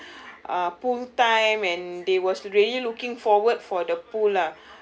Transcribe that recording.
uh pool time and they was really looking forward for the pool lah